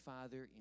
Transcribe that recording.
Father